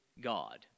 God